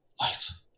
life